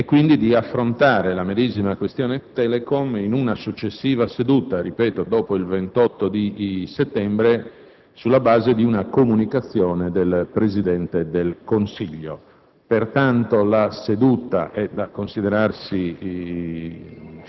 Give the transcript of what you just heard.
e quindi di affrontare la questione in una successiva seduta, ripeto, dopo il 28 settembre, sulla base di una comunicazione del Presidente del Consiglio. Pertanto, la seduta è da considerarsi